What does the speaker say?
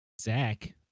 Zach